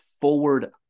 forward